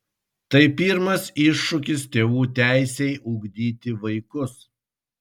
tai pirmas iššūkis tėvų teisei ugdyti vaikus